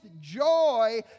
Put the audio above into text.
joy